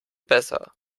besser